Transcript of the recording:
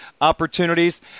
opportunities